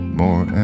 more